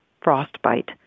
frostbite